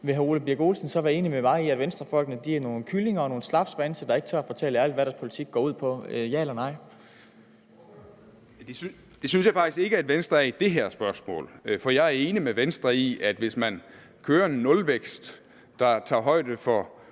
vil hr. Ole Birk Olesen så være enig med mig i, at Venstrefolkene er nogle kyllinger og nogle slapsvanse, der ikke tør fortælle ærligt, hvad deres politik går ud på – ja eller nej? Kl. 16:02 Formanden: Ordføreren. Kl. 16:02 Ole Birk Olesen (LA): Det synes jeg faktisk ikke at Venstre er i det her spørgsmål, for jeg er enig med Venstre i, at hvis man kører en nulvækst, der tager højde for